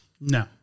No